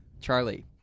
Charlie